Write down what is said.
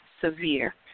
severe